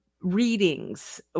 readings